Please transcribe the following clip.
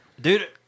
dude